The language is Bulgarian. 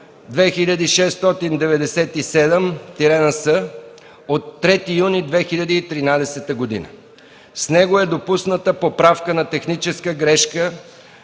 2697-НС от 3 юни 2013 г. С него е допусната поправка на техническа грешка